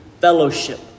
fellowship